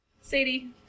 Sadie